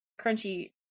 crunchy